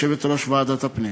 יושבת-ראש ועדת הפנים,